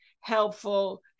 helpful